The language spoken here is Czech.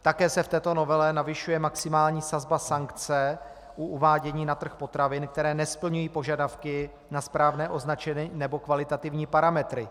Také se v této novele navyšuje maximální sazba sankce u uvádění na trh potravin, které nesplňují požadavky na správné označení nebo kvalitativní parametry.